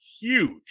huge